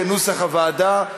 כנוסח הוועדה.